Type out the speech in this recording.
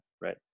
right